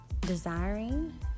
desiring